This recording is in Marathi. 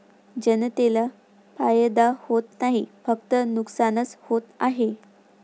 जनतेला फायदा होत नाही, फक्त नुकसानच होत आहे